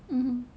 mmhmm